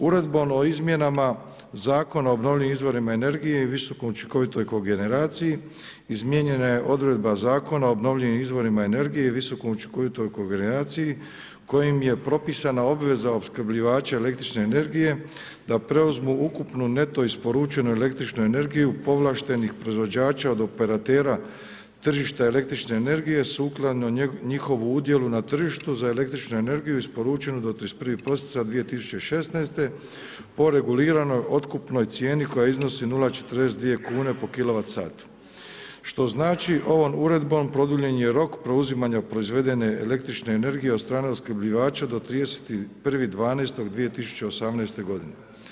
Uredbom o izmjenama Zakona o obnovljivim izvorima energija i visokoučinkovitoj kogeneraciji izmijenjena je odredba Zakona o obnovljivim izvorima energije i visokoučinkovitoj kogeneraciji kojim je propisana obveza opskrbljivača električne energije da preuzmu ukupnu neto isporučenu električnu energiju povlaštenih proizvođača od operatera tržišta električne energije sukladno njihovu udjelu na tržištu za električnu energiju isporučenu do 31.12.2016. po reguliranoj otkupnoj cijeni koja iznosi 0,42 kune po kilovat satu, što znači, ovom Uredbom produljen je rok preuzimanja proizvedene električne energije od strane opskrbljivača do 31.12.2018. godine.